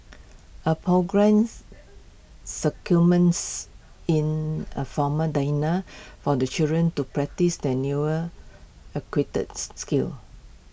A programmes circumvents in A formal dinner for the children to practise their newer skills